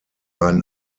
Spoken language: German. ein